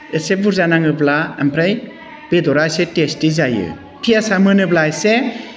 एसे बुरजा नाङोब्ला ओमफ्राय बेदरा एसे टेस्टि जायो पियाजआ मोनोब्ला एसे